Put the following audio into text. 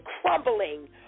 crumbling